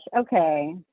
okay